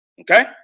Okay